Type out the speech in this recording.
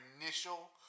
initial